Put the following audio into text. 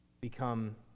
become